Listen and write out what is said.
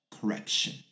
correction